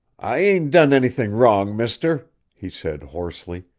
i ain't done anything wrong, mister, he said hoarsely.